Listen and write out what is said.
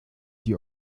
die